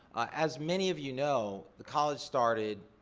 as many of you know, the college started